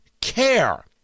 care